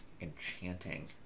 enchanting